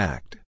Act